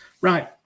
right